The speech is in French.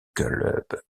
club